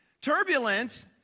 Turbulence